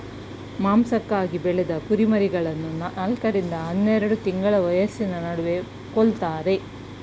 ಮಾಂಸಕ್ಕಾಗಿ ಬೆಳೆದ ಕುರಿಮರಿಗಳನ್ನು ನಾಲ್ಕ ರಿಂದ ಹನ್ನೆರೆಡು ತಿಂಗಳ ವಯಸ್ಸಿನ ನಡುವೆ ಕೊಲ್ತಾರೆ